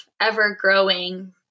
ever-growing